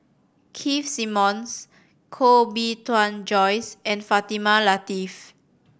Keith Simmons Koh Bee Tuan Joyce and Fatimah Lateef